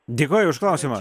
dėkoju už klausimą